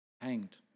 hanged